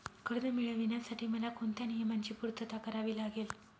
कर्ज मिळविण्यासाठी मला कोणत्या नियमांची पूर्तता करावी लागेल?